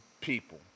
people